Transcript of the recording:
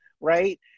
right